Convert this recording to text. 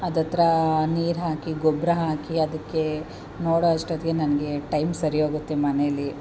ಅದು ಹತ್ರಾ ನೀರು ಹಾಕಿ ಗೊಬ್ಬರ ಹಾಕಿ ಅದಕ್ಕೇ ನೋಡೊ ಅಷ್ಟೊತ್ತಿಗೆ ನನಗೆ ಟೈಮ್ ಸರಿ ಹೋಗುತ್ತೆ ಮನೇಲಿ